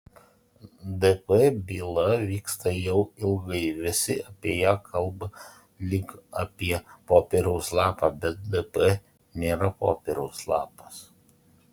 dp byla vyksta jau ilgai visi apie ją kalba lyg apie popieriaus lapą bet dp nėra popieriaus lapas